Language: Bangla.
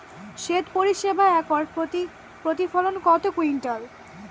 সেত সরিষা একর প্রতি প্রতিফলন কত কুইন্টাল?